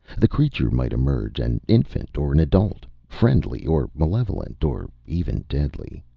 the creature might emerge an infant or an adult. friendly or malevolent. or even deadly.